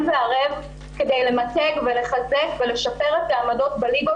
והערב כדי למתג לחזק ולשפר את העמדות בליגות,